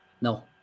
No